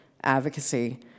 advocacy